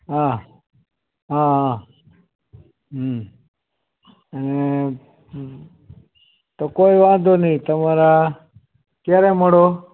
હા હા હં અને તો કોઈ વાંધો નહીં તમારા ક્યારે મળો